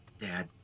Dad